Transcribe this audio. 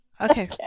Okay